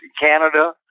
Canada